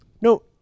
no